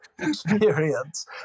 experience